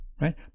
right